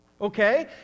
okay